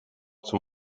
zum